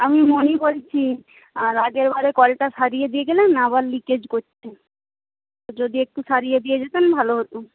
আমি মণি বলছি আর আগেরবারে কলটা সরিয়ে দিয়ে গেলেন না আবার লিকেজ করছে যদি একটু সরিয়ে দিয়ে যেতেন ভালো হতো